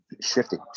shifting